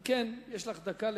יש לך דקה לדבר.